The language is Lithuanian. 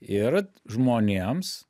ir žmonėms